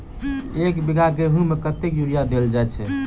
एक बीघा गेंहूँ मे कतेक यूरिया देल जाय छै?